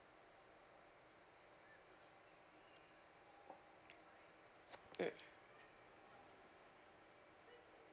mm